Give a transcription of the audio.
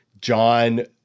John